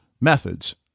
methods